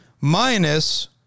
minus